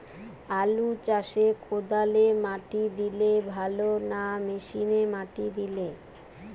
আলু চাষে কদালে মাটি দিলে ভালো না মেশিনে মাটি দিলে?